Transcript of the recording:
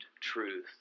truth